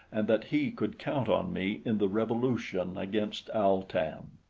and that he could count on me in the revolution against al-tan.